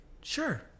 sure